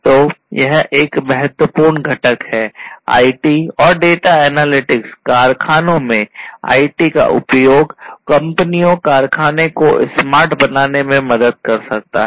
तो यह एक बहुत महत्वपूर्ण घटक है आईटी कारखानों में आईटी का उपयोग कंपनियों कारखाने को स्मार्ट बनाने में मदद कर सकता है